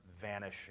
vanishing